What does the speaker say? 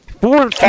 Four